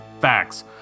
facts